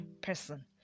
person